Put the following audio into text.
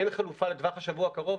אין חלופה לטווח השבוע הקרוב.